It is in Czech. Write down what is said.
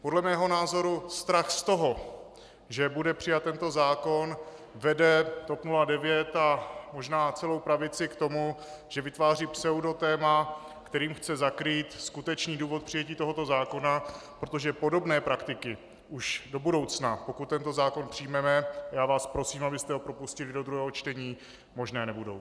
Podle mého názoru strach z toho, že bude přijat tento zákon, vede TOP 09 a možná celou pravici k tomu, že vytváří pseudotéma, kterým chce zakrýt skutečný důvod přijetí tohoto zákona, protože podobné praktiky už do budoucna, pokud tento zákon přijmeme, a já vás prosím, abyste ho propustili do druhého čtení, možné nebudou.